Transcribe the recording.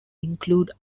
include